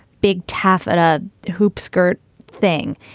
big taffet, a hoop skirt thing.